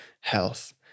health